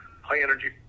high-energy